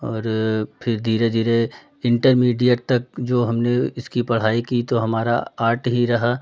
और फिर धीरे धीरे इन्टरमीडिएट तक जो हमने इसकी पढ़ाई की तो हमारा आर्ट ही रहा